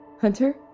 Hunter